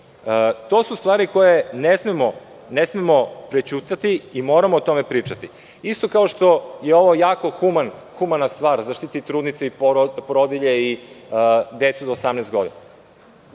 To su stvari koje ne smemo prećutati i moramo o tome pričati, isto kao što je ovo jako humana stvar, zaštititi trudnice i porodilje i decu do 18 godina.